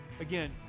Again